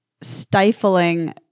stifling